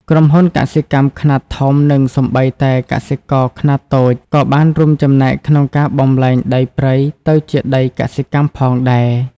ក្រុមហ៊ុនកសិកម្មខ្នាតធំ និងសូម្បីតែកសិករខ្នាតតូចក៏បានរួមចំណែកក្នុងការបំប្លែងដីព្រៃទៅជាដីកសិកម្មផងដែរ។